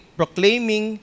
proclaiming